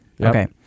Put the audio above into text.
Okay